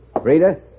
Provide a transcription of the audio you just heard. Rita